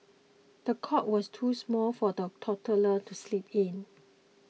the cot was too small for the toddler to sleep in